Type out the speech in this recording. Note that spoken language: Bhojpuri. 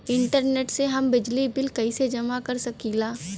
इंटरनेट से हम बिजली बिल कइसे जमा कर सकी ला?